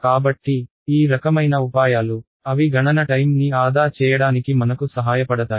కాబట్టి ఈ రకమైన ఉపాయాలు అవి గణన టైమ్ ని ఆదా చేయడానికి మనకు సహాయపడతాయి